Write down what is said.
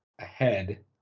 ahead